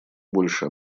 больше